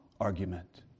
argument